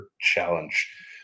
challenge